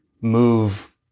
move